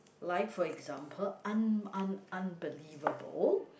like for example un~ un~ unbelievable